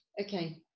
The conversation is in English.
Okay